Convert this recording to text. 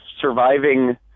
surviving